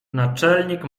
naczelnik